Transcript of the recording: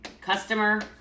customer